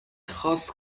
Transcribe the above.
خاص